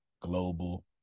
Global